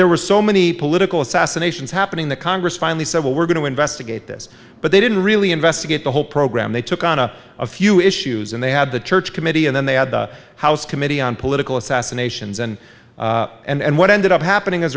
there were so many political assassinations happening the congress finally said well we're going to investigate this but they didn't really investigate the whole program they took on a few issues and they had the church committee and then they had the house committee on political assassinations and and what ended up happening as